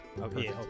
Okay